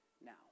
now